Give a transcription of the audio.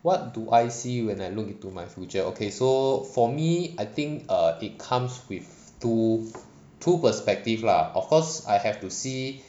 what do I see when I look into my future okay so for me I think err it comes with two two perspective lah of course I have to see